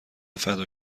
فدا